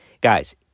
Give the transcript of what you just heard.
Guys